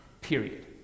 Period